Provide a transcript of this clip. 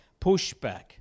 pushback